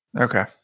Okay